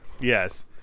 Yes